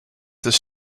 this